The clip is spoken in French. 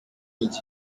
midi